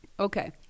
Okay